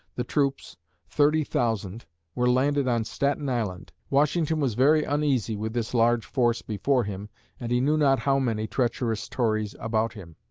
the troops thirty thousand were landed on staten island. washington was very uneasy with this large force before him and he knew not how many treacherous tories about him.